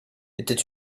était